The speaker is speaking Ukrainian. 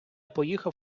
поїхав